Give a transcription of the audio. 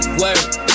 word